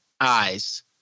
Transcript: Eyes